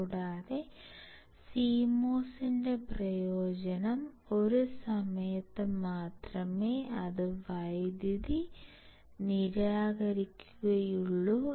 കൂടാതെ CMOS ന്റെ പ്രയോജനം ഒരു സമയത്ത് മാത്രമേ അത് വൈദ്യുതി നിരാകരിക്കുകയുള്ളൂ